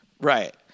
Right